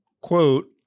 Quote